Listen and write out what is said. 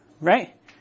right